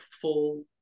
full